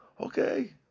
okay